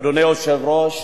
אדוני היושב-ראש,